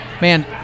Man